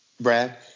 Brad